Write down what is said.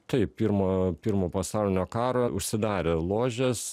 taip pirmo pirmo pasaulinio karo užsidarė ložės